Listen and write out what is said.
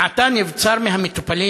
מעתה נבצר מהמטופלים,